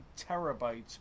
terabytes